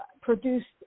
produced